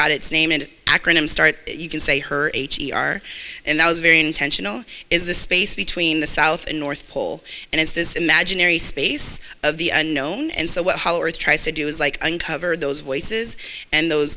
got its name and acronym start you can say her h e r and that was very intentional is the space between the south and north pole and it's this imaginary space of the unknown and so what hollow earth tries to do is like uncover those voices and those